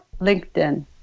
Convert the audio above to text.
LinkedIn